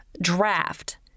Draft